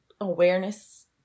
awareness